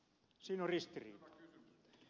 siinä on ristiriita